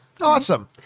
Awesome